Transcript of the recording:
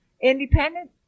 independent